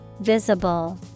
Visible